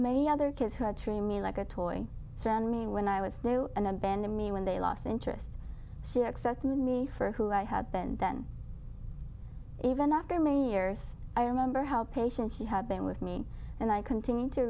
many other kids who had treated me like a toy send me when i was there and abandon me when they lost interest she accept me for who i had been then even after many years i remember help patients she had been with me and i continue to